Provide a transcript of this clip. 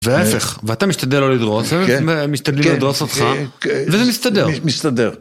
ואתה משתדל לא לדרוס, הם משתדלים לדרוס אותך, וזה מסתדר.